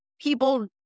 people